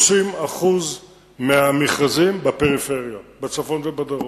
30% מהמכרזים בפריפריה, בצפון ובדרום.